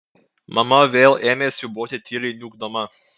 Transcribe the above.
mama vėl ėmė siūbuoti tyliai niūkdama